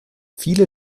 viele